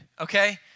okay